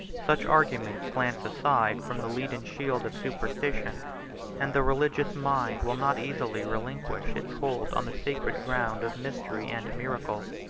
such arguments glance aside from the leaden shield of superstition and the religious mind will not easily relinquish its hold on the sacred ground of mystery and miracle.